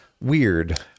weird